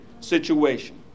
situation